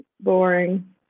boring